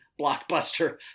blockbuster